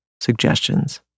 suggestions